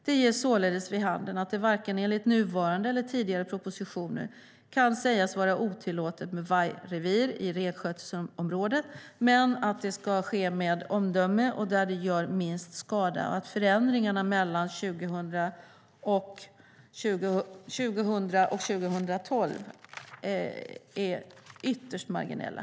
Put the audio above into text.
Det ger således vid handen att det varken enligt nuvarande eller enligt tidigare propositioner kan sägas vara otillåtet med vargrevir i renskötselområdet, men det ska ske med omdöme och där det gör minst skada. Förändringarna gjorda mellan 2000 och 2012 är ytterst marginella.